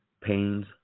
Pain's